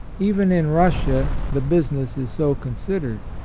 even in russia the business is so considered.